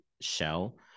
shell